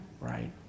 right